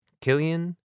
Killian